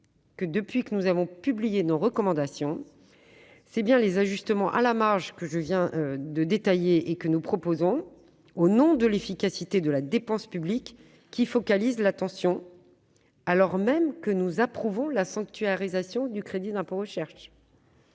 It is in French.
que, depuis que nous avons publié nos recommandations, ce sont bien les ajustements à la marge que nous proposons, au nom de l'efficacité de la dépense publique, qui focalisent l'attention, alors même que nous approuvons la sanctuarisation du CIR. C'est pourquoi